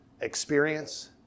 experience